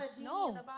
No